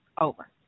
over